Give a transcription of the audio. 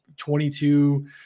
22